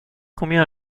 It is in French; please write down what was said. combien